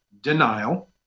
denial